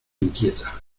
inquieta